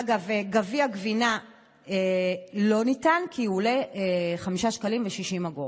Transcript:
אגב, גביע גבינה לא ניתן, כי הוא עולה 5.60 שקלים.